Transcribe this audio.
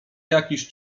jakiś